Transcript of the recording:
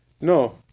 No